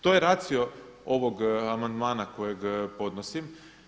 To je racio ovog amandmana kojeg podnosim.